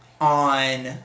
on